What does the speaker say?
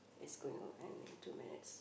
is going to end is two minutes